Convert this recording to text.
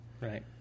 Right